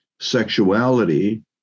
sexuality